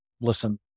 listen